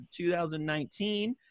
2019